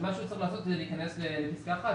מה שהוא צריך לעשות זה להיכנס לפסקה (1).